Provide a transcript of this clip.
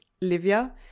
Livia